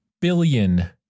billion